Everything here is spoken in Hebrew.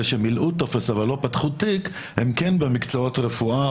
אלה שמילאו טופס אבל לא פתחו תיק הם כן במקצועות רפואה,